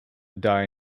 die